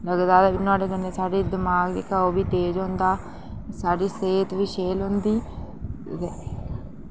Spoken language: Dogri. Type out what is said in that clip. लगदा ते नुआढ़े कन्नै साढ़ी दमाग जेह्का ओह् बी तेज होंदा साढ़ी सेह्त बी शैल होंदी ते